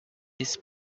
this